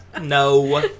No